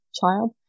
child